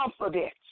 confidence